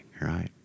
right